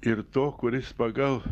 ir to kuris pagal